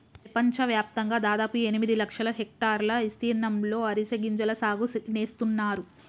పెపంచవ్యాప్తంగా దాదాపు ఎనిమిది లక్షల హెక్టర్ల ఇస్తీర్ణంలో అరికె గింజల సాగు నేస్తున్నారు